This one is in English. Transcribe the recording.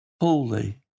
Holy